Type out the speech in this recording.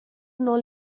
nôl